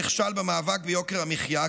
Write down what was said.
שנכשל במאבק ביוקר המחיה,